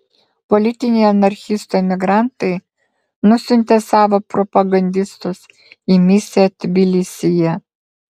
politiniai anarchistų emigrantai nusiuntė savo propagandistus į misiją tbilisyje